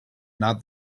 not